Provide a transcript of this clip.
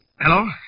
Hello